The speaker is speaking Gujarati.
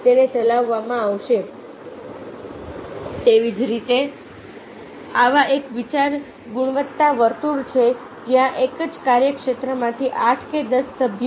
તેવી જ રીતે આવા એક વિચાર ગુણવત્તા વર્તુળો છે જ્યાં એક જ કાર્યક્ષેત્રમાંથી આઠ કે દસ સભ્યો